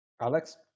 Alex